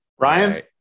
ryan